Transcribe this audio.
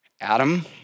Adam